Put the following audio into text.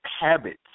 habits